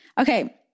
Okay